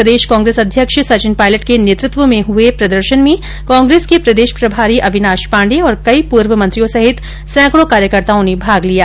प्रदेश कांग्रेस अध्यक्ष सचिन पायलट के नेतत्व में हए प्रदर्शन में कांग्रेस के प्रदेश प्रभारी अविनाश पाण्डे और कई पूर्व मंत्रियों सहित सेकडों कार्यकर्ताओं ने भाग र्लिया